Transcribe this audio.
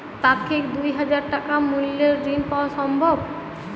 পাক্ষিক দুই হাজার টাকা মূল্যের ঋণ পাওয়া সম্ভব?